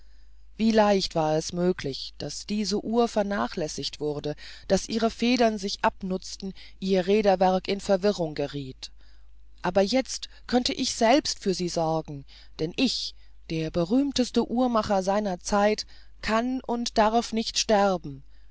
wie leicht war es möglich daß diese uhr vernachlässigt wurde daß ihre federn sich abnutzten ihr räderwerk in verwirrung gerieth aber jetzt könnte ich selbst für sie sorgen denn ich der berühmteste uhrmacher seiner zeit kann und darf nicht sterben